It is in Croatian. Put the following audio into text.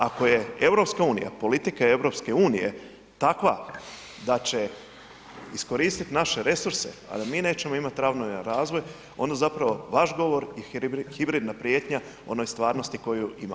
Ako je EU politika EU takva da će iskoristiti naše resurse, a da mi nećemo imati ravnomjeran razvoj onda zapravo vaš govor i hibridna prijetnja onoj stvarnosti koju imamo.